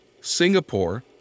Singapore